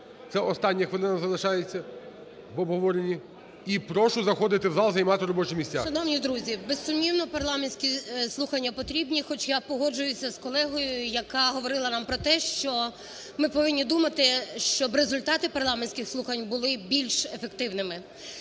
Це остання хвилина залишається в обговоренні. І прошу заходити в зал, займати робочі місця. 16:47:26 ПОДОЛЯК І.І. Шановні друзі, безсумнівно, парламентські слухання потрібні, хоч я погоджуюся з колегою, яка говорила нам про те, що ми повинні думати, щоб результати парламентських слухань були більш ефективними.